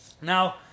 Now